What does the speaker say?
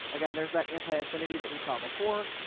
again, there's that anti-affinity that we saw before.